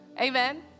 Amen